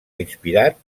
inspirat